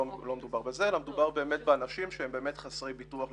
לא מדובר בזה אלא מדובר באמת באנשים שהם חסרי ביטוח.